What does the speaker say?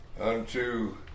unto